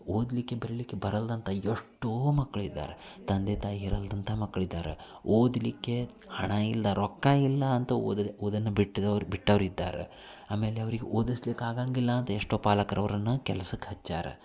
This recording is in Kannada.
ಓದಲಿಕ್ಕೆ ಬರಿಲಿಕ್ಕೆ ಬರಲ್ಲದಂಥ ಎಷ್ಟೋ ಮಕ್ಳಿದ್ದಾರೆ ತಂದೆ ತಾಯಿ ಇಲ್ದಂಥ ಮಕ್ಳಿದಾರೆ ಓದಲಿಕ್ಕೆ ಹಣ ಇಲ್ದೆ ರೊಕ್ಕ ಇಲ್ಲ ಅಂತ ಓದನ್ನು ಬಿಟ್ಟಿದವ್ರು ಬಿಟ್ಟವ್ರಿದ್ದಾರೆ ಆಮೇಲೆ ಅವ್ರಿಗೆ ಓದಿಸ್ಲಿಕ್ಕೆ ಆಗಂಗಿಲ್ಲ ಅಂತ ಎಷ್ಟೋ ಪಾಲಕ್ರು ಅವರನ್ನ ಕೆಲ್ಸಕ್ಕೆ ಹಚ್ಚ್ಯಾರ